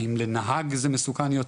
האם לנהג זה מסוכן יותר,